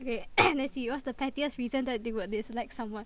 okay let's see what's the pettiest reason that they would dislike someone